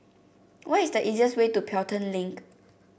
what is the easiest way to Pelton Link